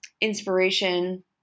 inspiration